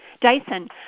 Dyson